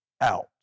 out